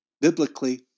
Biblically